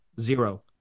zero